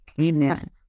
Amen